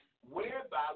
whereby